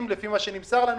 לפי מה שנמסר לנו.